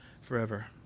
forever